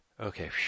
okay